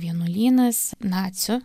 vienuolynas nacių